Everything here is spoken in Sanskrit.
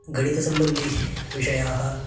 गणितसम्बन्धिविषयाः